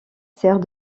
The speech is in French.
sert